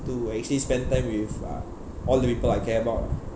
to actually spend time with uh all the people I care about